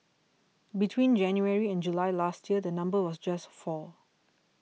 between January and July last year the number was just four